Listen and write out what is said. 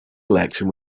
election